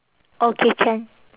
okay can